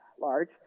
large